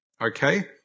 Okay